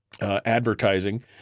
advertising